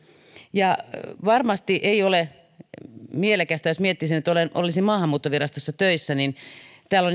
ja varmasti ei ole mielekästä jos miettisin että olisin maahanmuuttovirastossa töissä että täällä